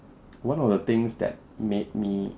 one of the things that made me